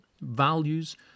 values